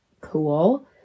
cool